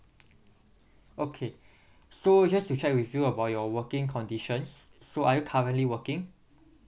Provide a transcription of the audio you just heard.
okay so just to check with you about your working conditions so are you currently working